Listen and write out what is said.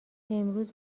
امروز